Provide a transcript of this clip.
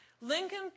Lincoln